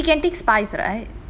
she can take spice right